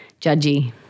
judgy